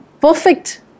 perfect